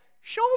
Show